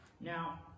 Now